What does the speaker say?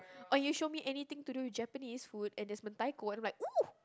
or you show me anything to do with Japanese food and there's Mentaiko I'll be like whoo